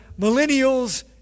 millennials